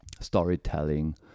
storytelling